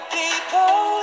people